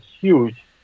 huge